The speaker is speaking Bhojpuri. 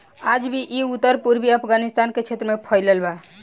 आज भी इ उत्तर पूर्वी अफगानिस्तान के क्षेत्र में फइलल बा